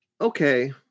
okay